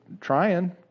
trying